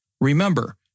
Remember